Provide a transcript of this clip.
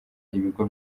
ibigo